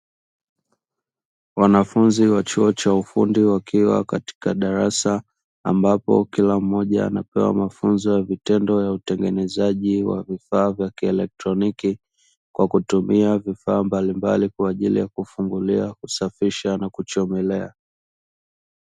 Wanafunzi wa chuo cha ufundi wakiwa katika darasa ambapo kila mmoja anapewa mafunzo ya vitendo ya utengenezaji wa vifaa vya kielektroniki, kwa kutumia vifaa mbalimbali kwa ajili ya kufungulia, kusafisha na kuchomelea.